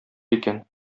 икән